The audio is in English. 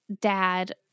dad